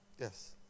Yes